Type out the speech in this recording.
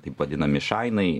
taip vadinami šainai